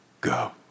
go